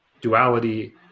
Duality